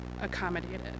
accommodated